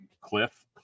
Cliff